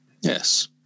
Yes